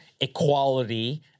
equality